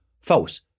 false